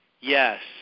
Yes